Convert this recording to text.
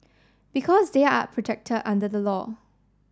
because they are protected under the law